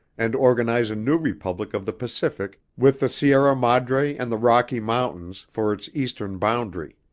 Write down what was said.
and organize a new republic of the pacific with the sierra madre and the rocky mountains for its eastern boundary.